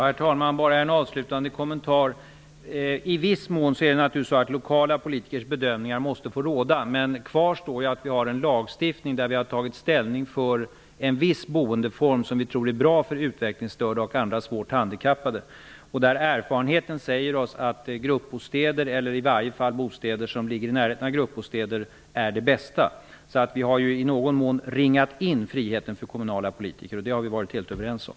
Herr talman! Bara en avslutande kommentar. I viss mån är det naturligtvis så att lokala politikers bedömningar måste få råda. Men kvar står att vi har en lagstiftning i vilken vi har tagit ställning för en viss boendeform som vi tror är bra för utvecklingsstörda och andra svårt handikappade. Erfarenheten säger oss att gruppbostäder eller i varje fall bostäder som kommer i närheten av gruppbostäder är det bästa. Vi har i någon mån ringat in friheten för kommunala politiker. Det har vi varit helt överens om.